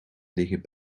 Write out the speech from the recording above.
liggen